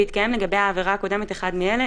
והתקיים לגבי העבירה הקודמת אחד מאלה: